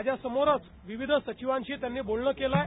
माझ्या समोरचं विविध सचिवां सोबत त्यांनी बोलण केलं आहे